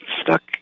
stuck